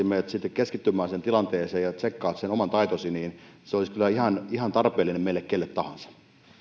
menet keskittymään siihen tilanteeseen ja tsekkaamaan sen oman taitosi se olisi kyllä ihan ihan tarpeellinen meille kelle tahansa